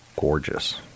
gorgeous